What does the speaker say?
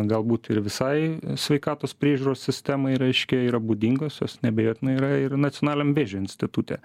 galbūt ir visai sveikatos priežiūros sistemai reiškia yra būdingos jos neabejotinai yra ir nacionaliniam vėžio institute